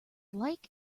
like